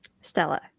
Stella